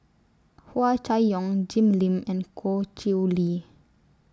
Hua Chai Yong Jim Lim and Goh Chiew Lye